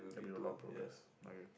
that'll be a lot of progress okay